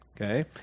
okay